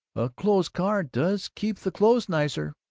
a closed car does keep the clothes nicer,